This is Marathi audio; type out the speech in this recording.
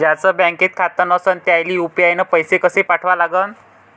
ज्याचं बँकेत खातं नसणं त्याईले यू.पी.आय न पैसे कसे पाठवा लागन?